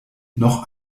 noch